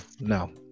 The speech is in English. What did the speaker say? no